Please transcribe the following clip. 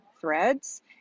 threads